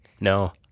no